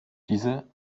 diese